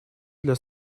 для